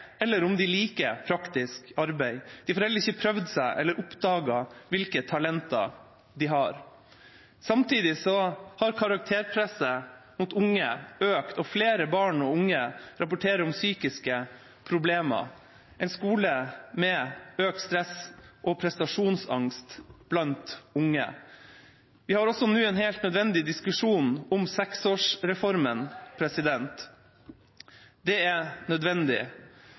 eller om de liker praktisk arbeid. De får heller ikke prøvd seg eller oppdaget hvilke talenter de har. Samtidig har karakterpresset på unge økt, og flere barn og unge rapporterer om psykiske problemer, en skole med økt stress og prestasjonsangst blant unge. Vi har nå også en helt nødvendig diskusjon om seksårsreformen. Det er nødvendig.